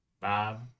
Bob